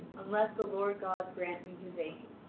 unless the lord god grant me his aid.